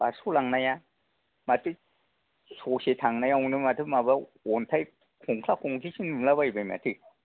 बासुगाव लांनाया माथो ससे थांनायावनो माथो माबा अन्थाय खंख्ला खंख्लिसो नुला बायबाय माथो